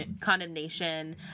condemnation